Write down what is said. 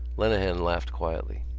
lenehan laughed quietly.